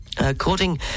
According